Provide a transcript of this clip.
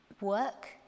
work